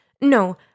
No